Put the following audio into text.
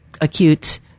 acute